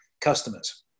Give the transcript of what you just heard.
customers